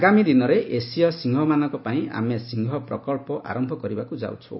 ଆଗାମୀ ଦିନରେ ଏସୀୟ ସିଂହମାନଙ୍କ ପାଇଁ ଆମେ ସିଂହ ପ୍ରକଳ୍ପ ଆରମ୍ଭ କରିବାକୁ ଯାଉଛୁ